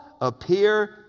appear